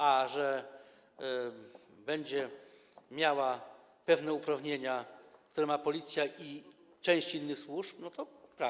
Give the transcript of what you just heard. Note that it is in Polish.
A że będzie miała pewne uprawnienia, które ma Policja i część innych służb, to prawda.